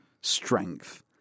strength